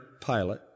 Pilate